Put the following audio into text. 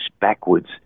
backwards